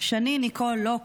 שני ניקול לוק,